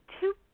two